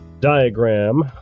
diagram